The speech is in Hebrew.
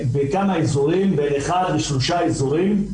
בכל סוגיית סכסוכי הקרקעות בתוך יהודה ושומרון.